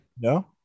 No